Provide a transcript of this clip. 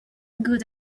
good